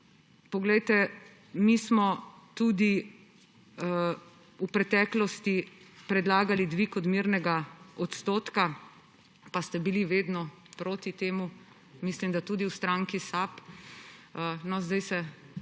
pomoči. Mi smo tudi v preteklosti predlagali dvig odmernega odstotka, pa ste bili vedno proti temu, mislim, da tudi v stranki SAB. No, zdaj se